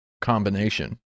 combination